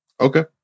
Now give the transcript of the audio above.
Okay